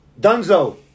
Dunzo